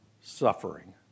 suffering